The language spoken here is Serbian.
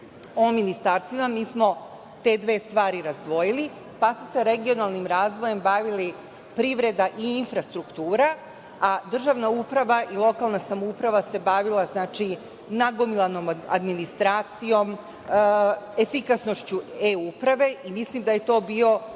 o ministarstvima mi smo te dve stvari razdvojili, pa su se regionalnim razvojem bavili privreda i infrastruktura, a državna uprava i lokalna samouprava se bavila nagomilanom administracijom, efikasnošću E-uprave. Mislim da je to bio